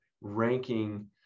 ranking